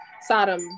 Sodom